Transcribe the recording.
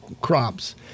crops